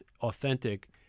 authentic